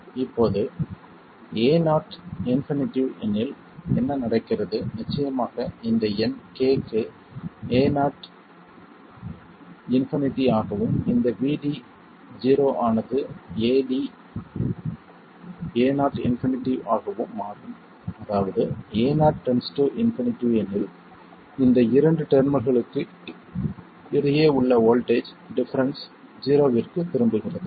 இப்போது Ao ∞ எனில் என்ன நடக்கிறது நிச்சயமாக இந்த எண் K க்கு Ao ∞ ஆகவும் இந்த Vd 0 ஆனது Ao ∞ ஆகவும் மாறும் அதாவது Ao ∞ எனில் இந்த இரண்டு டெர்மினல்களுக்கு இடையே உள்ள வோல்ட்டேஜ் டிஃபரென்ஸ் ஜீரோவிற்குத் திரும்புகிறது